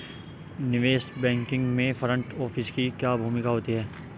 निवेश बैंकिंग में front office की क्या भूमिका होती है?